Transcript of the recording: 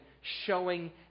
showing